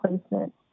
placement